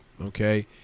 okay